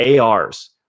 ars